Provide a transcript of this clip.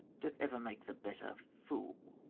doth ever make the better fool.